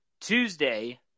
Tuesday